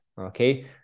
okay